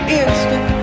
instant